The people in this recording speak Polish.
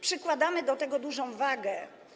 Przykładamy do tego dużą wagę.